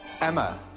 Emma